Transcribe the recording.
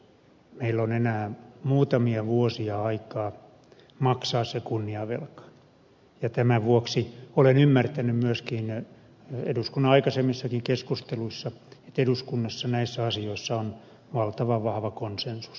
meillä on enää muutamia vuosia aikaa maksaa se kunniavelka ja tämän vuoksi olen ymmärtänyt myöskin eduskunnan aikaisemmissakin keskusteluissa että eduskunnassa näissä asioissa on valtavan vahva konsensus